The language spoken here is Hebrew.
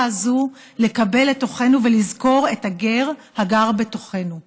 הזאת לקבל לתוכנו ולזכור את הגֵר הגַר בתוכנו.